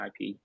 IP